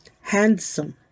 handsome